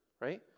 right